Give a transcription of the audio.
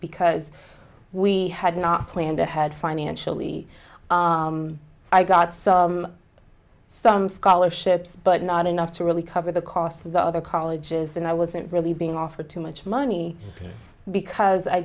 because we had not planned ahead financially i got some some scholarships but not enough to really cover the costs of the other colleges and i wasn't really being offered too much money because i